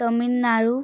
Tamil Nadu